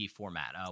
format